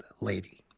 lady